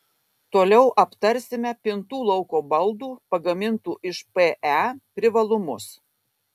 toliau aptarsime pintų lauko baldų pagamintų iš pe privalumus